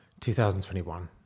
2021